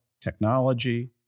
technology